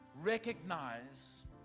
recognize